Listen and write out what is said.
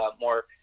more